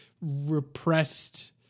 repressed